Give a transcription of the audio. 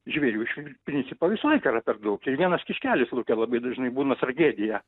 žvėrių iš principo visą laiką yra per daug ir vienas kiškelis lauke labai dažnai būna tragedija